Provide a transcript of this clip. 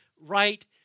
right